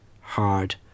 hard